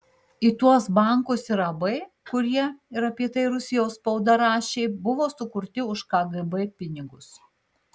į tuos bankus ir ab kurie ir apie tai rusijos spauda rašė buvo sukurti už kgb pinigus